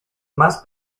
más